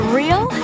real